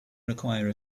require